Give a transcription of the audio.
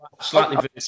slightly